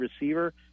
receiver